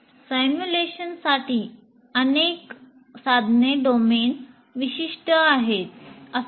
सिमुलेशनसाठी अनेक साधने डोमेन विशिष्ट असतात